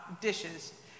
dishes